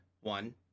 one